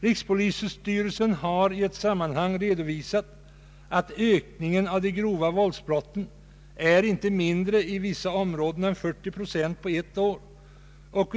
Rikspolisstyrelsen har i ett sammanhang redovisat att ökningen av antalet grova våldsbrott i vissa områden inte är mindre än 40 procent på ett år.